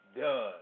done